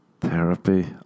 therapy